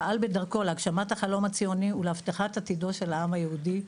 פעל בדרכו להגשמת החלום הציוני ולהבטחת עתידו של העם היהודי.